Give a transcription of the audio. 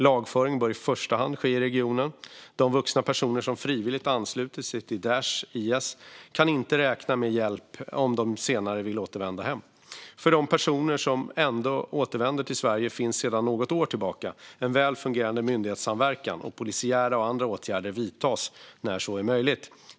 Lagföring bör i första hand ske i regionen. De vuxna personer som frivilligt anslutit sig till Daish/IS kan inte räkna med hjälp om de senare vill återvända hem. För de personer som ändå återvänder till Sverige finns sedan något år tillbaka en väl fungerande myndighetssamverkan, och polisiära och andra åtgärder vidtas när så är möjligt.